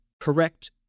correct